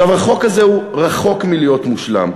עכשיו, החוק הזה הוא רחוק מלהיות מושלם,